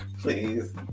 please